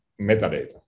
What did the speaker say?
metadata